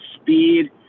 speed